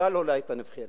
היא בכלל לא היתה נבחרת.